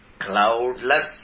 cloudless